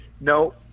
no